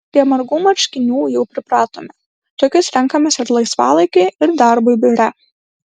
prie margų marškinių jau pripratome tokius renkamės ir laisvalaikiui ir darbui biure